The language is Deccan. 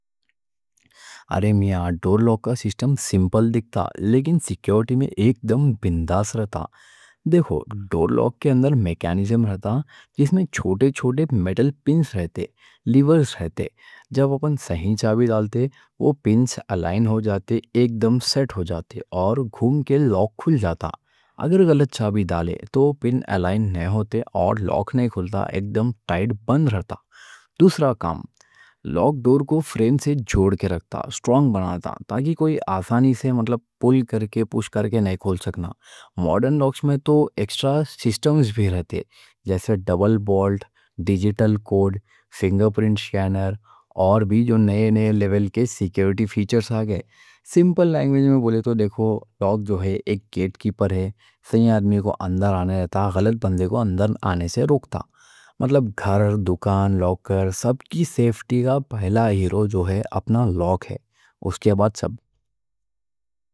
ارے میاں ڈور لاک کا سسٹم سمپل دکھتا لیکن سیکیورٹی میں ایک دم بنداس رہتا۔ دیکھو ڈور لاک کے اندر میکینزم رہتا جس میں چھوٹے چھوٹے میٹل پنز رہتے، لیورز رہتے۔ جب اپن صحیح چابی ڈالتے وہ پنز الائن ہو جاتے، ایک دم سیٹ ہو جاتے اور گھوم کے لاک کھل جاتا۔ اگر غلط چابی ڈالے تو پنز الائن نہیں ہوتے اور لاک نہیں کھلتا، ایک دم ٹائٹ بند رہتا۔ دوسرا کام، لاک ڈور کو فریم سے جوڑ کے رکھتا، سٹرونگ بناتا تاکہ کوئی آسانی سے مطلب پل کر کے پش کر کے نہیں کھول سکنا۔ ماڈرن لاکس میں تو ایکسٹرا سسٹمز بھی رہتے، جیسے ڈبل بولٹ، ڈیجیٹل کوڈ، فنگر پرنٹ اسکینر، اور بھی جو نئے نئے لیول کے سیکیورٹی فیچرز آ گئے۔ سمپل لینگویج میں بولے تو، دیکھو لاک جو ہے ایک گیٹ کیپر ہے، صحیح آدمی کو اندر آنے رہتا، غلط بندے کو اندر آنے سے روکتا۔ مطلب گھر، دکان، لاکر، سب کی سیفٹی کا پہلا ہیرو جو ہے اپنا لاک ہے، اس کے بعد سب۔